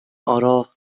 أراه